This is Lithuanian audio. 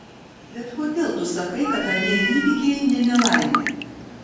bet kodėl tu sakai kad anie įvykiai ne nelaimė